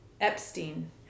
Epstein